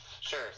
Sure